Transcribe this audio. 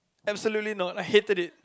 absolutely not I hated it